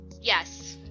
yes